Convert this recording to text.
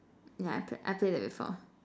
yeah I played I played that before